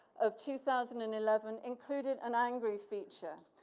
of two thousand and eleven included an angry feature.